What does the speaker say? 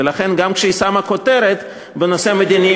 ולכן גם כשהיא שמה כותרת בנושא מדיני,